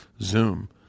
Zoom